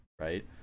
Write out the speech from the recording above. right